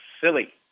silly